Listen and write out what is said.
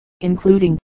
including